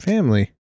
Family